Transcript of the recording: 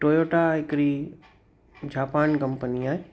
Toyota हिकड़ी Japan company आहे